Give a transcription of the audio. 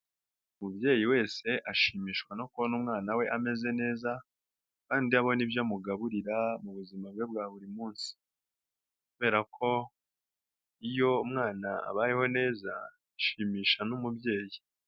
Umubyeyi wese ashimishwa no kubona umwana we ameze neza kandi abona ibyo amugaburira mu buzima bwe bwa buri munsi, kubera ko iyo umwana abayeho neza nshimisha n'umubyeyi.